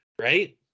right